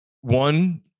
one